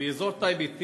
באזור טייבה,